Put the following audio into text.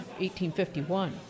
1851